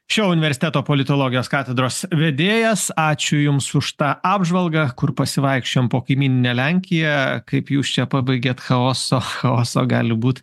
šio universiteto politologijos katedros vedėjas ačiū jums už tą apžvalgą kur pasivaikščiojom po kaimyninę lenkiją kaip jūs čia pabaigėt chaoso chaoso gali būt